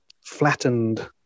flattened